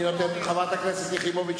חברת הכנסת יחימוביץ,